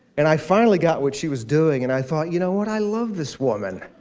and i finally got what she was doing, and i thought, you know what? i love this woman!